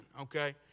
okay